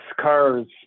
cars